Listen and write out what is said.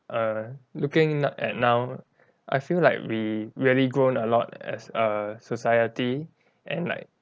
err looking at now I feel like we really grown a lot as a society and like